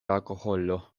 alkoholo